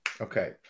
Okay